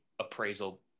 appraisal